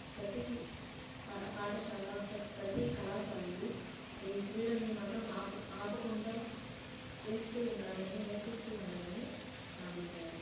ప్రతి పా పాఠశాల ప్రతి కళాశాలలు ఈ క్రీడల్ని మాత్రం ఆప ఆపకుండా చేస్తు ఉండాలని నేర్పిస్తు ఉండాలని నా అభిప్రాయం